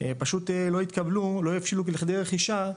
פשוט לא התקבלו, לא הבשלו לכדי רכישה,